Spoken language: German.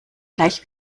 gleich